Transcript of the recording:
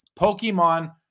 Pokemon